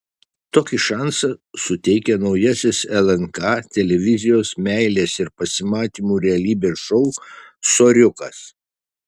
tokį šansą suteikia naujasis lnk televizijos meilės ir pasimatymų realybės šou soriukas